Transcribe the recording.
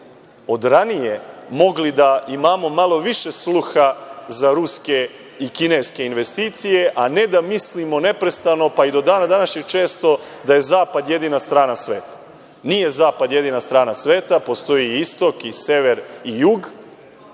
od ranije mogli da imamo malo više sluha za ruske i kineske investicije, a ne da mislimo neprestano, pa i do dana današnjeg često, da je zapad jedina strana sveta. Nije zapad jedina strana sveta. Postoji istok, sever i jug